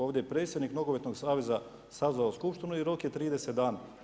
Ovdje je predsjednik nogometnog saveza sazvao skupštinu i rok je 30 dana.